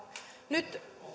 nyt